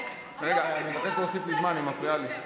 אני מבקש להוסיף לי זמן, היא מפריעה לי.